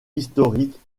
historiques